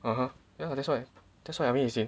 (uh huh) ya lah that's why that's why I mean as in